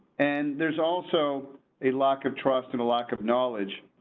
and there's also a lack of trust and a lack of knowledge.